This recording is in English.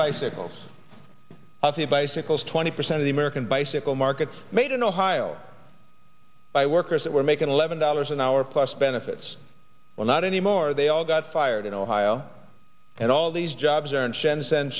bicycles of the bicycles twenty percent of the american bicycle markets made in ohio by workers that were making eleven dollars an hour plus benefits well not anymore they all got fired in ohio and all these jobs are in